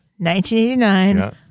1989